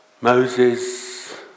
Moses